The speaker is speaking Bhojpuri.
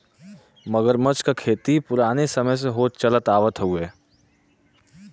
मगरमच्छ क खेती पुराने समय से होत चलत आवत हउवे